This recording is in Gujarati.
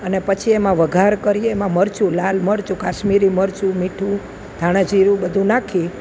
અને પછી એમાં વઘાર કરીએ એમાં મરચું લાલ મરચું કાશ્મીરી મરચું મીઠું ધાણાજીરૂ બધું નાખી